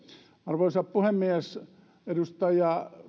arvoisa puhemies edustaja